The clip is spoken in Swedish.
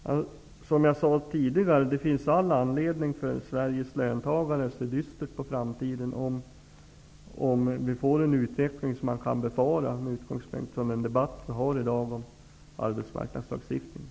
Det finns, som jag sade tidigare, all anledning för Sveriges löntagare att se dystert på framtiden om vi får den utveckling som man kan befara med utgångspunkt i den debatt som förs i dag om arbetsmarknadslagstiftningen.